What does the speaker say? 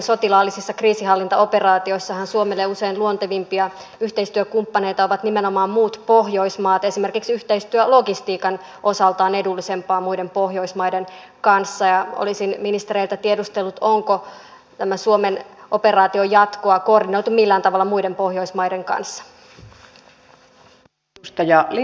sotilaallisissa kriisinhallintaoperaatioissahan suomelle usein luontevimpia yhteistyökumppaneita ovat nimenomaan muut pohjoismaat esimerkiksi yhteistyö logistiikan osalta on edullisempaa muiden pohjoismaiden kanssa ja olisin ministereiltä tiedustellut onko tämän suomen operaation jatkoa koordinoitu millään tavalla muiden pohjoismaiden kanssa